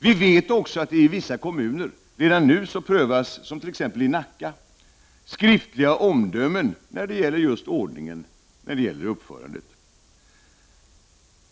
Vi vet också att det i vissa kommuner, t.ex. i Nacka, redan nu prövas skriftliga omdömen när det gäller just ordningen och uppförandet.